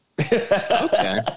Okay